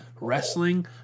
wrestling